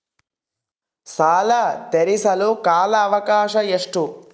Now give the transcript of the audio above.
ಸಾಲ ತೇರಿಸಲು ಕಾಲ ಅವಕಾಶ ಎಷ್ಟು?